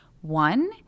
One